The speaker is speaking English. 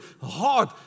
hard